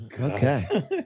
okay